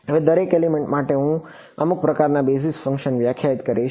હવે દરેક એલિમેન્ટ માટે હું અમુક પ્રકારના બેઝિસ ફંક્શન વ્યાખ્યાયિત કરીશ